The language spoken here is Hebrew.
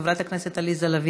חברת הכנסת עליזה לביא,